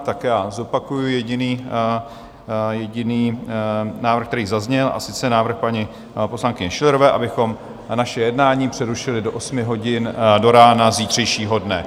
Tak já zopakuji jediný návrh, který zazněl, a sice návrh paní poslankyně Schillerové, abychom naše jednání přerušili do osmi hodin do rána zítřejšího dne.